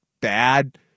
bad